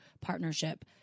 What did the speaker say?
partnership